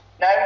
No